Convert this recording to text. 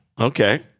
Okay